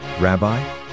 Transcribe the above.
rabbi